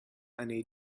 need